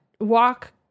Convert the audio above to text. walk